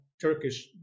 Turkish